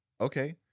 Okay